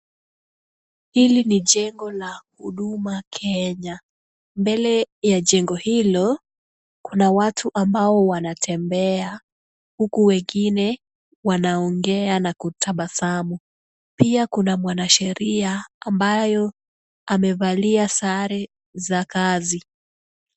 Hili ni jengo la huduma Kenya. Mbele ya jengo hilo, kuna watu ambao wanatembea, huku wengine wanaongea na kutabasamu. Pia kuna mwanasheria, ambayo amevalia sare za kazi.